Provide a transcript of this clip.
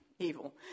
Evil